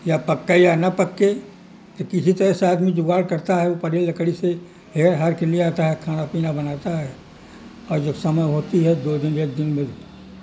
یا پکا یا نہ پکے تو کسی طرح سے آدمی جگاڑ کرتا ہے وہ پڑے لکڑی سے ہر ہار کے لے آتا ہے کھانا پینا بناتا ہے اور جب سمے ہوتی ہے دو دن ایک دن میں